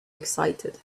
excited